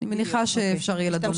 אני מניחה שאפשר יהיה לדון בזה בהמשך.